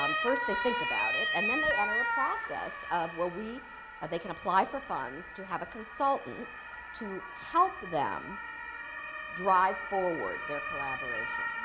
um first, they think about it, and then they enter a process where ah they can apply for funds to have a consultant to help them drive forward their collaboration.